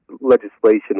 legislation